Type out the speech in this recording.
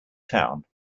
town